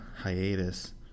hiatus